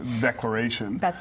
declaration